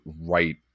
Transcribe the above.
right